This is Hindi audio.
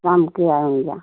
शाम के आउँगा